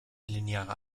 linearer